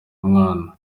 umwana